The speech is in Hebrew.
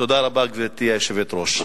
תודה רבה, גברתי היושבת-ראש.